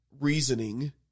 reasoning